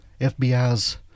fbi's